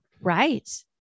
Right